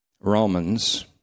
Romans